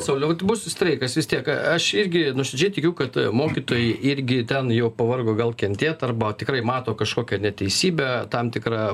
sauliau bus streikas vis tiek aš irgi nuoširdžiai tikiu kad mokytojai irgi ten jau pavargo gal kentėt arba tikrai mato kažkokią neteisybę tam tikra